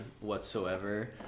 whatsoever